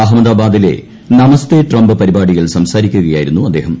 അഹമ്മദാബാദിലെ നമസ്തേ ട്രംപ് പരിപാടിയിൽ സംസാരിക്കുകയായിരുന്നു അദ്ദേഹം